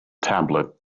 tablet